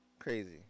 Crazy